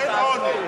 אין עוני.